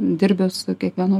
dirbi su kiekvienu